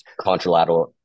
contralateral